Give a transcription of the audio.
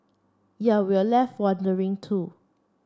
yea we're left wondering too